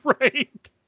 Right